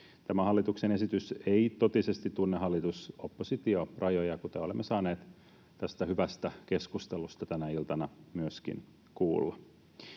Tämä hallituksen esitys ei totisesti tunne hallitus—oppositio-rajoja, kuten olemme saaneet tästä hyvästä keskustelusta tänä iltana myöskin kuulla.